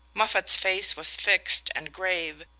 moffatt's face was fixed and grave,